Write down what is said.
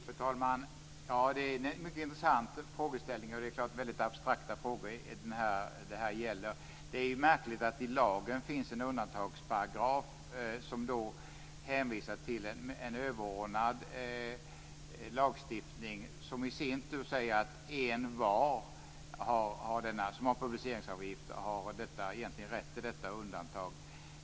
Fru talman! Det är en mycket intressant frågeställning. Det är klart att det är väldigt abstrakta frågor det här gäller. Det är märkligt att det i lagen finns en undantagsparagraf som hänvisar till en överordnad lagstiftning som i sin tur säger att envar som har publiceringsavsikter egentligen har rätt till detta undantag.